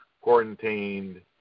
quarantined